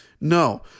No